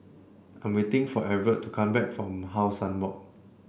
I'm waiting for Everett to come back from How Sun Walk